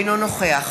אינו נוכח